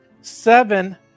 Seven